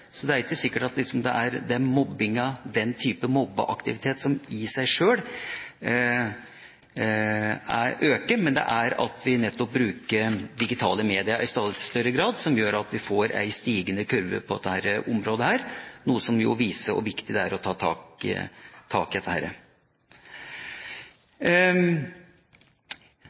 så det er ikke sikkert at det er mobbeaktiviteten i seg sjøl som øker, men at vi bruker digitale medier i stadig større grad. Det gjør at vi får en stigende kurve på dette området, noe som viser hvor viktig det er å ta tak i